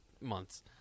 Months